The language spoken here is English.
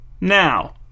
now